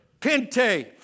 Pente